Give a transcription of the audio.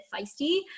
feisty